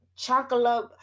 Chocolate